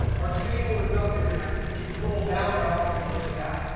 our table is updated. and i can control down arrow, and look at that.